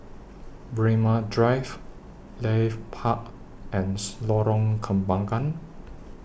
Braemar Drive Leith Park and Lorong Kembagan